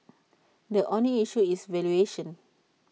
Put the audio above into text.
the only issue is valuation